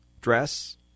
dress